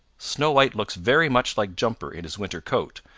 snow white looks very much like jumper in his winter coat,